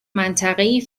منطقهای